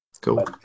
cool